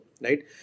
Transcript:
right